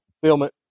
fulfillment